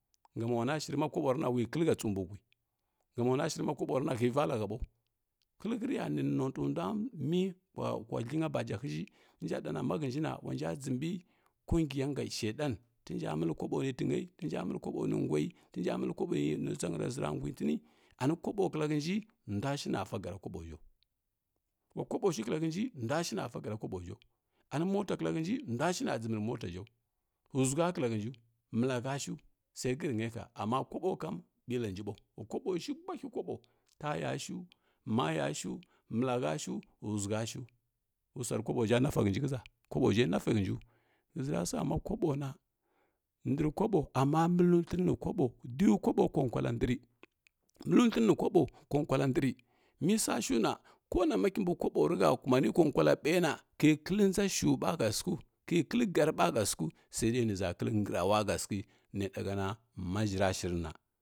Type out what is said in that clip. Gam ulana shiri ma ma koɓorana ulikləhə tunbi whui ngam ulana shirima koborana kivala həɓau həlikhə ni notui ndana mi kwa lənəa bajahiʒhə ninja ɗana mahənjina wanja jdembi kungiya nga shedan tneja məle kobo nitinyi nijja məli kobo ni swai kinja məli kabo ni ʒagara ʒuraguitini ani koɓo kla hənji nduadhina sa sara kobo ʒhəu ula kobo shikla hənji nduashia fagəra kobo əhə ani mota kla hənji ni nduashina səmiri mota ʒhə ʒusha kla hənji malatəshu sai srinya hə amma koɓo kam ɓilanji ɓau ula koɓo shi bulahi kobo, tayashu mayashu malahəshu ʒughə shu wusaari kobo ʒhə nafa nənji ghəʒa kobo ʒhə nafa hənjiu ghəzirasa makobo na ndr koɓo ama məluthənini koɓo, diyu koɓo ko kuda ndri mə’u thəni ni koɓo ko kuala ndri mesashuna ko nama kimbi kobo rehə kumani ko kwala ɓaina kikəl nʒa shuɓa hə sighəu ki kəl gəriɓahə sikhəu sai dai niʒi kəi ngə raulahə zikhə neɗahəna mazhəra shirinu.